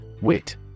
WIT